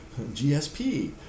GSP